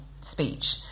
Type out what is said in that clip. speech